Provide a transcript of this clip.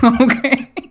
okay